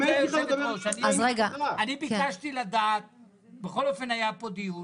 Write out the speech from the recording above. גברתי היושבת-ראש, היה פה דיון